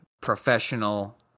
professional